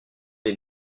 des